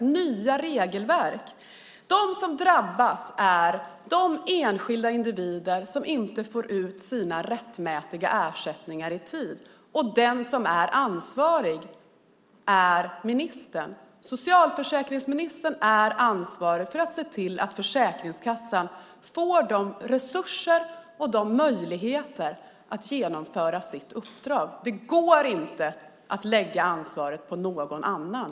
De som drabbas är de enskilda individer som inte får ut sina rättmätiga ersättningar i tid. Det är socialförsäkringsministern som är ansvarig för att se till att Försäkringskassan får resurser och möjligheter att genomföra sitt uppdrag. Det går inte att lägga ansvaret på någon annan.